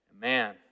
Man